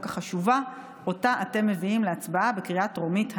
החשובה שאתם מביאים להצבעה בקריאה טרומית היום.